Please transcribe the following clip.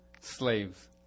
Slaves